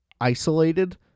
isolated